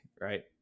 right